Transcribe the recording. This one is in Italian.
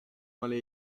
male